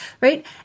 right